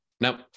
Now